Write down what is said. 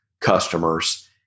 customers